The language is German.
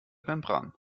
membran